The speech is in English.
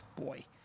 boy